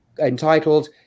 entitled